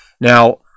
Now